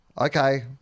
okay